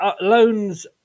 loans